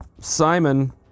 Simon